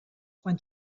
quan